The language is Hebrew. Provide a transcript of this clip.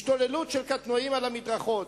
השתוללות של קטנועים על המדרכות.